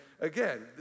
again